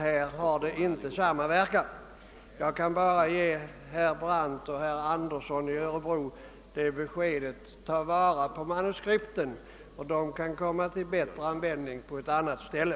Här har det inte samma verkan. Jag kan alltså bara ge herr Brandt och även herr Andersson i Örebro rådet: Ta vara på manuskripten, ty de kan komma till bättre användning på ett annat ställe!